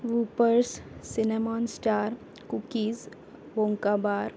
Whoppers cinnamon star cookies होंका बार